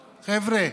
חבר'ה.